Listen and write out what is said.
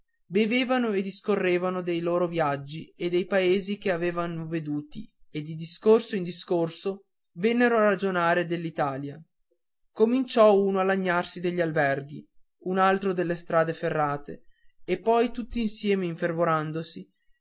bevevano e discorrevano dei loro viaggi e dei paesi che avevan veduti e di discorso in discorso vennero a ragionare dell'italia cominciò uno a lagnarsi degli alberghi un altro delle strade ferrate e poi tutti insieme infervorandosi